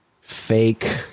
fake